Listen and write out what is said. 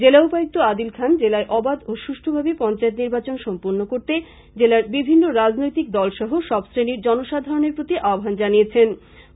জেলা উপায়ুক্ত আদিল খান জেলায় অবাধ ও সুষ্ঠভাবে পঞ্চায়েৎ নির্বাচন সম্পন্ন করতে জেলার বিভিন্ন রাজনৈতিক দল সহ সব শ্রেণীর জনসাধারণের প্রতি আহ্বান জানিয়েছেন